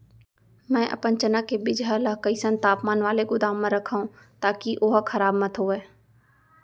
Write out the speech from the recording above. मैं अपन चना के बीजहा ल कइसन तापमान वाले गोदाम म रखव ताकि ओहा खराब मत होवय?